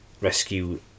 rescue